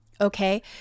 Okay